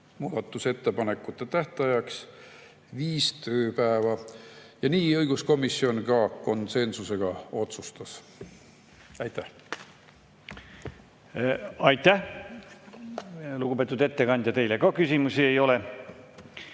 muudatusettepanekute tähtajaks viis tööpäeva ja nii õiguskomisjon ka konsensusega otsustas. Aitäh! Aitäh, lugupeetud ettekandja! Teile ka küsimusi ei ole.